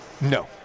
No